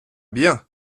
bien